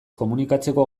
komunikatzeko